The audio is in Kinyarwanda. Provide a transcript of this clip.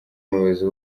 umuyobozi